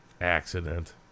Accident